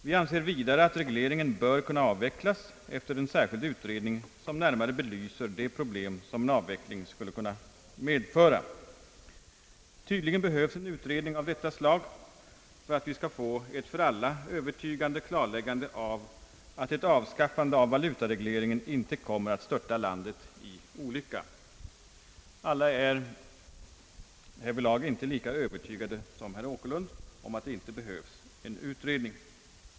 Vi anser vidare att regleringen bör kunna avvecklas efter en särskild utredning som närmare belyser de problem som en avveckling skulle kunna medföra. Tydligen behövs en utredning av detta slag för att vi skall få ett för alla övertygande klarläggande av att ett avskaffande av valutaregleringen inte kommer att störta landet i olycka. Alla är härvidlag inte lika övertygade som herr Åkerlund om att det inte behövs en utredning.